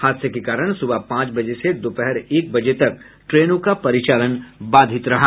हादसे के कारण सुबह पांच बजे से दोपहर एक बजे तक ट्रेनों का परिचालन बाधित रहा